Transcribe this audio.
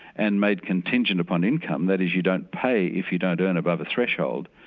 and made contingent upon income, that is, you don't pay if you don't earn above a threshold,